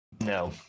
No